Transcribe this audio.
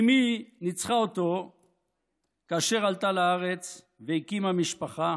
אימי ניצחה אותו כאשר עלתה לארץ והקימה משפחה,